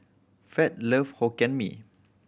Fed love Hokkien Mee